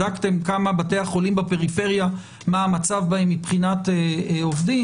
בדקתם כמה בתי החולים בפריפריה ומה המצב בהם מבחינת עובדים?